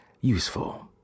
useful